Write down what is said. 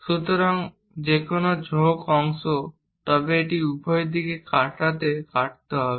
সুতরাং যেকোন ঝোঁক অংশ তবে এটির উভয় দিকেই কাটতে হবে